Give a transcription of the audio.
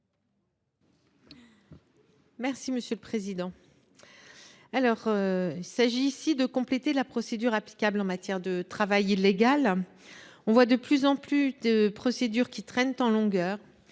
Mme Pascale Gruny. Il s’agit ici de compléter la procédure applicable en matière de travail illégal. De plus en plus de procédures traînent en longueur.